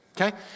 Okay